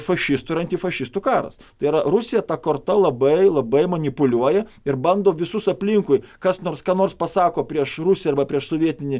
fašistų ir antifašistų karas tai yra rusija ta korta labai labai manipuliuoja ir bando visus aplinkui kas nors ką nors pasako prieš rusiją arba prieš sovietinį